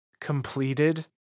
completed